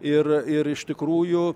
ir ir iš tikrųjų